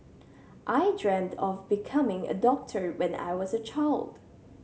I dreamt of becoming a doctor when I was a child